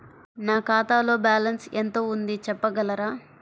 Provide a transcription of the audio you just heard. నా ఖాతాలో బ్యాలన్స్ ఎంత ఉంది చెప్పగలరా?